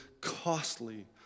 costly